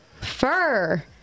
fur